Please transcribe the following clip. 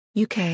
UK